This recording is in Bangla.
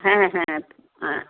হ্যাঁ হ্যাঁ হ্যাঁ